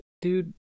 Dude